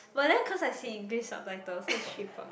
but then cause I see English subtitles so it's Xu-Fong